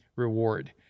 reward